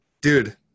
dude